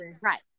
Right